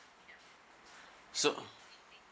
so